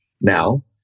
now